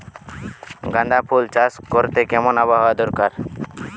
গাঁদাফুল চাষ করতে কেমন আবহাওয়া দরকার?